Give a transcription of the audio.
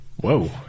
Whoa